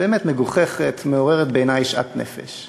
היא באמת מגוחכת, ובעיני מעוררת שאט נפש.